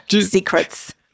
secrets